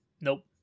Nope